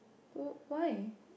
oh why